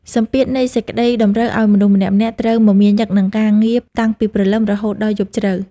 សម្ពាធនៃសេដ្ឋកិច្ចតម្រូវឱ្យមនុស្សម្នាក់ៗត្រូវមមាញឹកនឹងការងារតាំងពីព្រលឹមរហូតដល់យប់ជ្រៅ។